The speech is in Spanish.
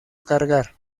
cargar